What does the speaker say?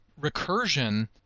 Recursion